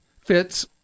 fits